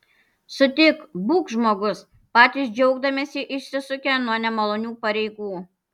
sutik būk žmogus patys džiaugdamiesi išsisukę nuo nemalonių pareigų